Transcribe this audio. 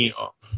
up